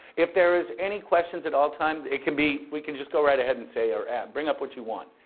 if there is any questions at all time, it can be, we can just go right ahead and say or ask. bring up what you want.